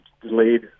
delayed